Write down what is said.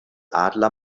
adler